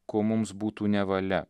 ko mums būtų nevalia